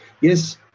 yes